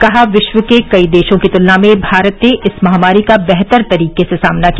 कहा विश्व के कई देशों की तुलना में भारत ने इस महामारी का बेहतर तरीके से सामना किया